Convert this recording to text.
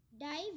dive